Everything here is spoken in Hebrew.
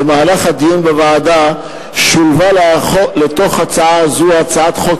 במהלך הדיון בוועדה שולבה לתוך הצעה זו הצעת חוק